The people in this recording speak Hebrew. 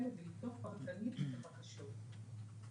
ניתוח פרטני זה דבר חשוב.